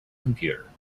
computer